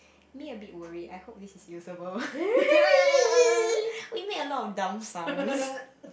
me a bit worried I hope this is usable we made a lot of dumb sounds